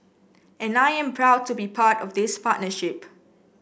and I am proud to be part of this partnership